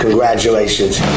Congratulations